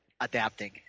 adapting